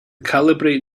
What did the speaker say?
calibrate